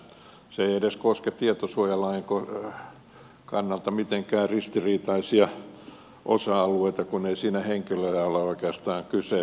se ei edes koske tietosuojalain kannalta mitenkään ristiriitaisia osa alueita kun ei siinä henkilö ole oikeastaan kyseessäkään